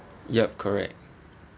yup correct